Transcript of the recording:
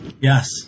Yes